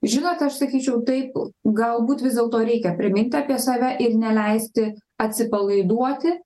žinot aš sakyčiau taip galbūt vis dėlto reikia primint apie save ir neleisti atsipalaiduoti